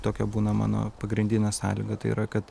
tokia būna mano pagrindinė sąlyga tai yra kad